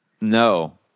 No